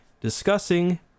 discussing